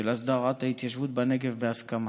של הסדרת ההתיישבות בנגב בהסכמה.